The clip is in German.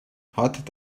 hat